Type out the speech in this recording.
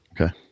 Okay